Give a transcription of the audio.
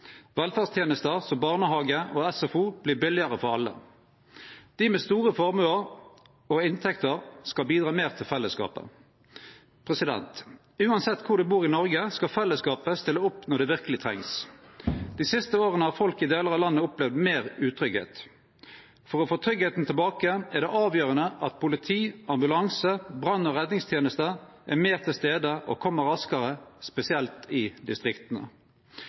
Velferdstenester som barnehage og SFO vert billigare for alle. Dei med store formuar og inntekter skal bidra meir til fellesskapet. Uansett kvar ein bur i Noreg, skal fellesskapet stille opp når det verkeleg trengst. Dei siste åra har folk i delar av landet opplevd meir utryggleik. For å få tryggleiken tilbake er det avgjerande at politi, ambulanse og brann- og redningsteneste er meir til stades og kjem raskare, spesielt i distrikta.